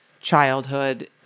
childhood